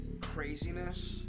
craziness